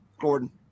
Gordon